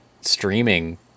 streaming